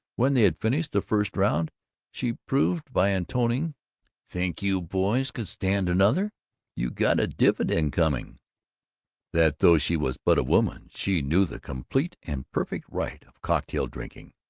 when they had finished the first round she proved by intoning think you boys could stand another you got a dividend coming that, though she was but a woman, she knew the complete and perfect rite of cocktail-drinking.